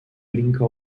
brinca